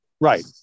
Right